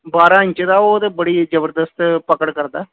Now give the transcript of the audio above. ਬਾਰਾਂ ਇੰਚ ਦਾ ਉਹ ਅਤੇ ਬੜੀ ਜ਼ਬਰਦਸਤ ਪਕੜ ਕਰਦਾ